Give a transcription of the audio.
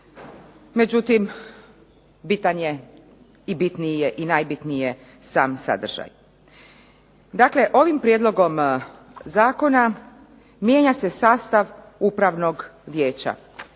Međutim bitan je i bitniji i najbitniji je sam sadržaj. Dakle ovim prijedlogom zakona mijenja se sastav upravnog vijeća.